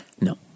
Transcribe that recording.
No